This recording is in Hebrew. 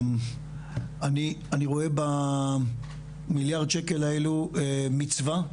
אני רואה במיליארד שקל האלו, מצווה,